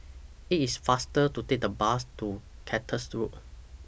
IT IS faster to Take The Bus to Cactus Road